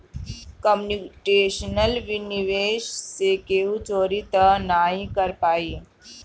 computational निवेश से केहू चोरी तअ नाही कर पाई